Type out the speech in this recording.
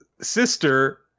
sister